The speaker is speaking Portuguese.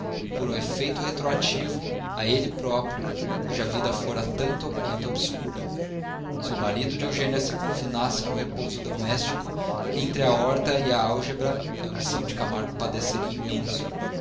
e por um efeito retroativo a ele próprio cuja vida fora tanto ou quanto obscura se o marido de eugênia se confinasse no repouso doméstico entre a horta e a álgebra a ambição de camargo padeceria imenso